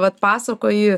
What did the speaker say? vat pasakoji